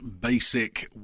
basic